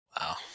Wow